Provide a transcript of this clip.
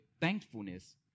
thankfulness